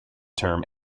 term